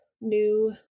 new